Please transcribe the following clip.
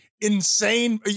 insane